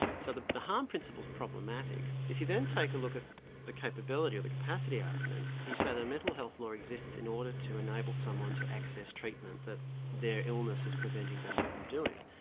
so the the harm principle is problematic. if you then take a look at the capability or the capacity argument, you say the mental health law exists in order to enable someone to access treatment that their illness is preventing them from doing.